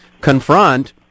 confront